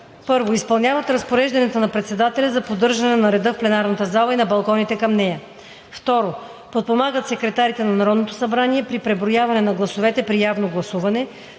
1. изпълняват разпорежданията на председателя за поддържане на реда в пленарната зала и на балконите към нея; 2. подпомагат секретарите на Народното събрание при преброяване на гласовете при явно гласуване,